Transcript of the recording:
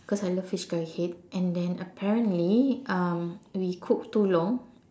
cause I love fish curry head and then apparently um we cook too long